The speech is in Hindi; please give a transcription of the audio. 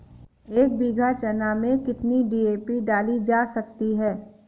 एक बीघा चना में कितनी डी.ए.पी डाली जा सकती है?